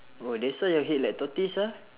oh that's why your head like tortoise ah